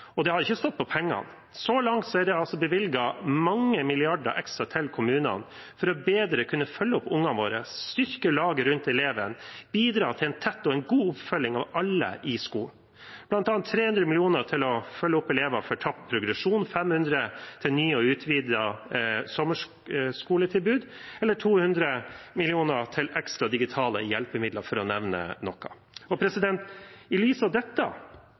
Det har ikke stått på penger. Så langt er det bevilget mange milliarder ekstra til kommunene for bedre å kunne følge opp ungene våre, styrke laget rundt eleven og bidra til en tett og god oppfølging av alle i skolen – bl.a. 300 mill. kr til å følge opp elever for tapt progresjon, 500 mill. kr til nye og utvidede sommerskoletilbud og 200 mill. kr til ekstra digitale hjelpemidler, for å nevne noe. I lys av dette